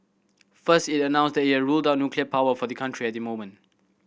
first it announced that it had ruled out nuclear power for the country at the moment